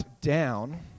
down